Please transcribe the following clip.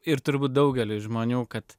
ir turbūt daugeliui žmonių kad